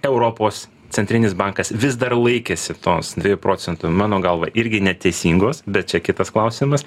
europos centrinis bankas vis dar laikėsi tos dviejų procentų mano galva irgi neteisingos bet čia kitas klausimas